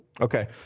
Okay